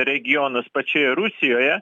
regionus pačioje rusijoje